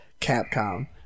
Capcom